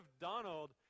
Donald